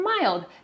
mild